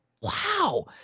Wow